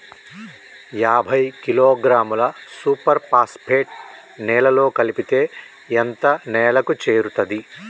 యాభై కిలోగ్రాముల superphosphate నేలలో కలిపితే ఎంత నేలకు చేరుతది?